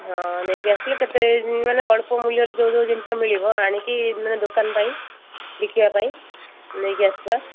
ହଁ ନେଇକି ଆସିଲେ କେତେ ମାନେ ଅଳ୍ପ ମୂଲ୍ୟରେ ଯୋଉ ଯୋଉ ଜିନିଷ ମିଳିବ ଆଣିକି ମାନେ ଦୋକାନ ପାଇଁ ବିକିବା ପାଇଁ ନେଇକି ଆସିବା